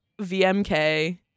vmk